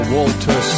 Walter